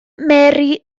mary